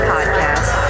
Podcast